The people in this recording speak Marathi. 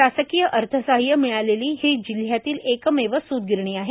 शासकीय अर्थसहाय्य मिळालेली ही जिल्ह्यातील एकमेव सूतगिरणी आहे